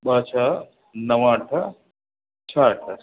ॿ छह नव अठ छह अठ